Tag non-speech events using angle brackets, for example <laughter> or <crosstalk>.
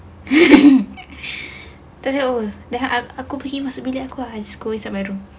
<laughs> tu tak apa apa then aku pergi masuk bilik aku and scroll sampai room